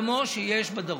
כמו שיש בדרום.